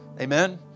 amen